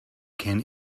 can